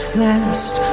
last